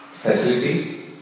facilities